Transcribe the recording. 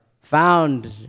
found